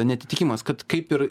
neatitikimas kad kaip ir